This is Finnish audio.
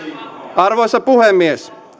arvoisa puhemies